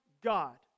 God